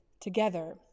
together